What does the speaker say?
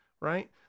right